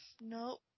no